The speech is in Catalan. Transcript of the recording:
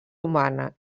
humana